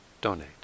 donate